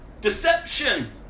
deception